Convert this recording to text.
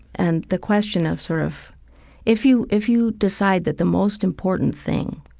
and the question of sort of if you if you decide that the most important thing,